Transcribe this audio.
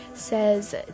says